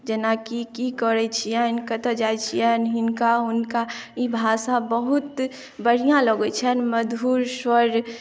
जेनाकि की करैत छियनि कतय जाइत छियनि हिनका हुनका ई भाषा बहुत बढ़िआँ लगैत छनि मधुर स्वर